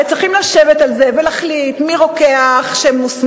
הרי צריך לשבת על זה ולהחליט מי רוקח שמוסמך,